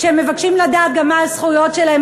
כשהם מבקשים לדעת גם מה הזכויות שלהם.